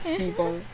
people